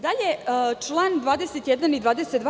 Dalje, član 21. i 22.